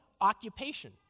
Occupation